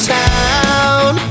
town